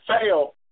fail